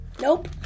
Nope